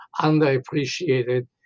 underappreciated